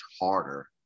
harder